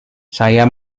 saya